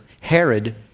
Herod